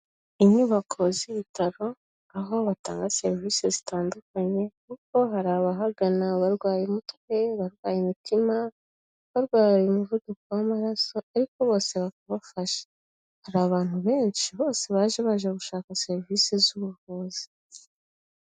Inyubako z'ibitaro aho batanga serivisi zitandukanye kuko hari abahagana barwaye umutwe, barwaye imitima, barwaye umuvuduko w'amaraso ariko bose bakabafasha. Hari abantu benshi bose baje baje gushaka serivisi z'ubuvuzi.